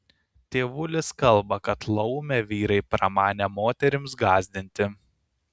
tėvulis kalba kad laumę vyrai pramanė moterims gąsdinti